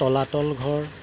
তলাতল ঘৰ